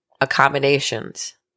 accommodations